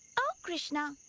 o krishna,